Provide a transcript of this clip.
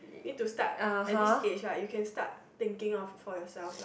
need to start at the age lah you can start thinking of for yourself like